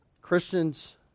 Christians